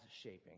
shaping